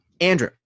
Andrew